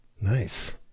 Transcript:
nice